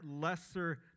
lesser